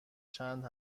چند